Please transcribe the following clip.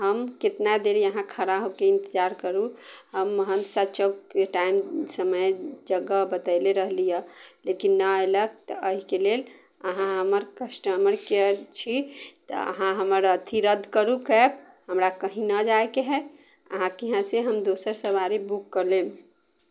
हम कतना देर यहाँ खड़ा होके इन्तजार करू हम हन्सा चौकके टाइम समय जगह बतैले रहली हऽ लेकिन नहि अएलक तऽ एहिके लेल अहाँ हमर कस्टमर केअर छी तऽ अहाँ हमर अथि रद्द करू कैब हमरा कहीँ नहि जाइके हइ अहाँके यहाँसँ दोसर सवारी हम बुक कऽ लेब